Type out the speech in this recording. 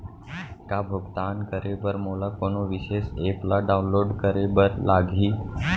का भुगतान करे बर मोला कोनो विशेष एप ला डाऊनलोड करे बर लागही